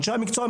אנשי המקצוע,